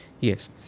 yes